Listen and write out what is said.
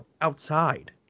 outside